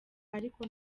ariko